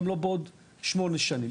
גם לא בעוד שמונה שנים.